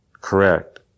correct